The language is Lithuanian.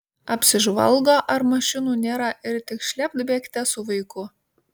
apsižvalgo ar mašinų nėra ir tik šlept bėgte su vaiku